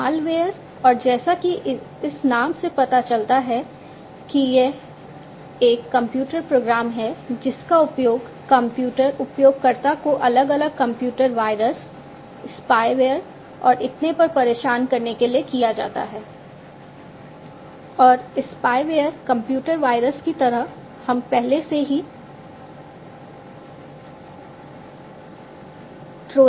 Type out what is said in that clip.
malware और जैसा कि इस नाम से पता चलता है कि यह एक कंप्यूटर प्रोग्राम है जिसका उपयोग कंप्यूटर उपयोगकर्ता को अलग अलग कंप्यूटर वायरस स्पायवेयर से परिचित हैं